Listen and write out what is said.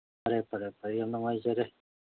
ꯐꯔꯦ ꯐꯔꯦ ꯐꯔꯦ ꯌꯥꯝ ꯅꯨꯡꯉꯥꯏꯖꯔꯦ